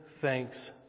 thanks